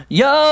yo